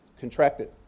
contracted